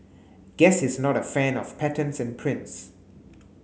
guess he's not a fan of patterns and prints